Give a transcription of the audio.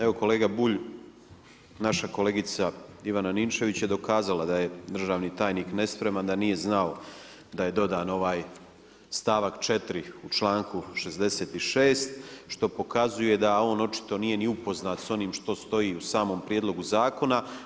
Evo kolega Bulj, naša kolegica Ivana Ninčević je dokazala da je državni tajnik nespreman, da nije znao da je dodan ovaj stavak 4. u članku 66. što pokazuje da on očito nije ni upoznat s onim što stoji u samom prijedlogu zakona.